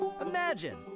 Imagine